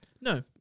No